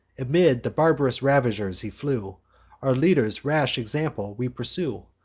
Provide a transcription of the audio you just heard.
amid the barb'rous ravishers he flew our leader's rash example we pursue.